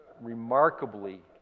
remarkably